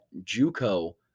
JUCO